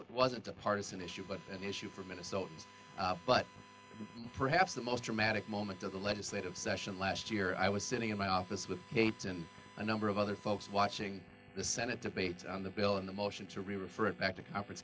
it wasn't a partisan issue but an issue for minnesotans but perhaps the most dramatic moment of the legislative session last year i was sitting in my office with a number of other folks watching the senate debate on the bill in the motion to refer it back to conference